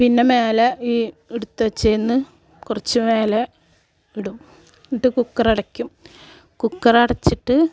പിന്നെ മേലെ ഈ എടുത്തുവെച്ചതിൽ നിന്ന് കുറച്ച് മേലെ ഇടും എന്നിട്ടു കുക്കർ അടയ്ക്കും കുക്കർ അടച്ചിട്ട്